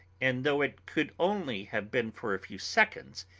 and though it could only have been for a few seconds,